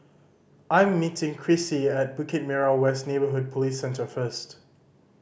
I am meeting Crissie at Bukit Merah West Neighbourhood Police Centre first